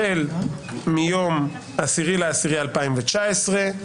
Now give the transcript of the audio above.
החל מיום 10 באוקטובר 2019,